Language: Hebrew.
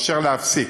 להפסיק.